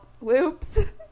whoops